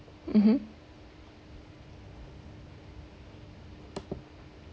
mmhmm